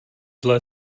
zlé